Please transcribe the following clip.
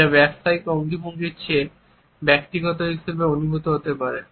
যা ব্যবসায়িক অঙ্গভঙ্গির চেয়ে ব্যক্তিগত হিসাবে অনুভূত হতে পারে